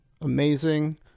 amazing